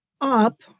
up